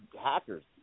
hackers